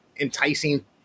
enticing